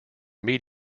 meat